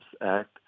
Act